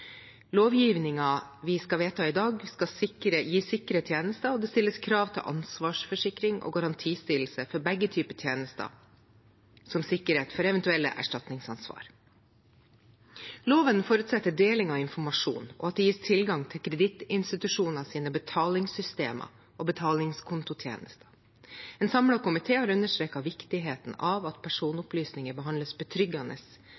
vi skal vedta i dag, skal gi sikre tjenester, og det stilles krav til ansvarsforsikring og garantistillelse for begge typer tjenester som sikkerhet for eventuelle erstatningsansvar. Loven forutsetter deling av informasjon, og at det gis tilgang til kredittinstitusjoners betalingssystemer og betalingskontotjenester. En samlet komité har understreket viktigheten av at